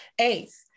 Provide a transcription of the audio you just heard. Eighth